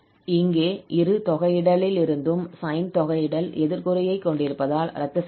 இங்கே இரு தொகையிடலிலிருந்தும் சைன் தொகையிடல் எதிர் குறியைக் கொண்டிருப்பதால் ரத்துசெய்யப்படும்